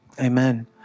amen